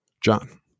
John